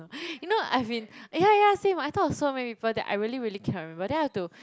you know I've been eh ya ya same I thought of so many people that I really really cannot remember then I have to